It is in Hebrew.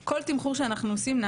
עושים,